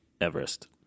Everest